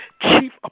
Chief